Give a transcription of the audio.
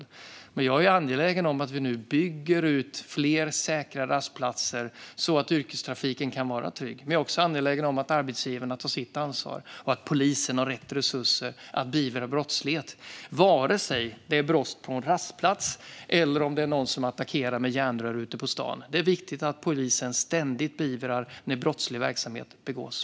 Jag är angelägen om att vi nu bygger ut fler säkra rastplatser så att yrkestrafiken kan vara trygg, men jag är också angelägen om att arbetsgivarna tar sitt ansvar och att polisen har rätt resurser att beivra brottslighet vare sig det är brott på en rastplats eller någon som attackerar med järnrör ute på stan. Det är viktigt att polisen ständigt beivrar när brottslig verksamhet äger rum.